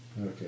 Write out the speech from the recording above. Okay